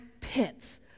pits